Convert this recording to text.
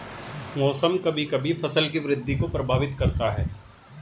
मौसम कभी कभी फसल की वृद्धि को प्रभावित करता है